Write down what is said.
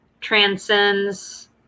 transcends